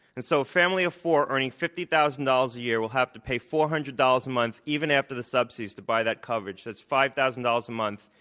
and so, a family of four earning fifty thousand dollars a year will have to pay four hundred dollars a month, even after the subsidies, to buy that coverage. that's five thousand dollars a month.